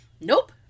Nope